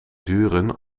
duren